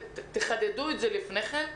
תחדדו את זה לפני כן.